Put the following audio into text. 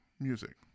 music